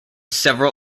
several